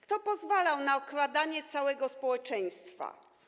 Kto pozwalał na okradanie całego społeczeństwa?